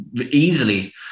easily